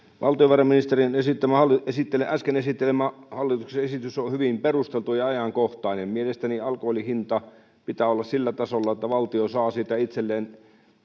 valtiovarainministerin äsken esittelemä hallituksen esitys on hyvin perusteltu ja ajankohtainen mielestäni alkoholin hinnan pitää olla sillä tasolla että valtio saa siitä itselleen